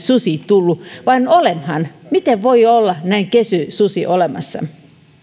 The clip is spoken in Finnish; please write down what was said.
susi tullut vain olemaan miten voi olla näin kesy susi olemassa